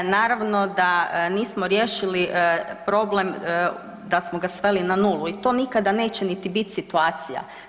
Naravno da nismo riješili problem, da smo ga sveli na nulu i to nikada neće niti bit situacija.